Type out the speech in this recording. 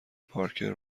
پارکر